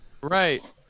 Right